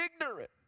ignorant